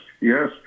yes